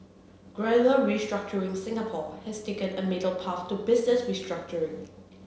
gradual restructuring Singapore has taken a middle path to business restructuring